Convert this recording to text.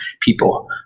people